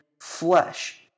flesh